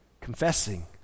confessing